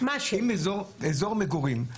אזור מגורים,